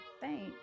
Thanks